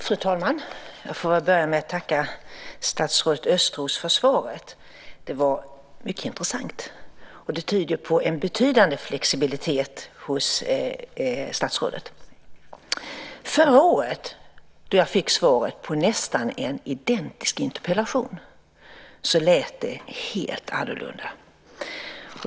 Fru talman! Jag får väl börja med att tacka statsrådet Östros för svaret. Det var mycket intressant, och det tyder på en betydande flexibilitet hos statsrådet. Förra året då jag fick svar på en nästan identisk interpellation lät det helt annorlunda.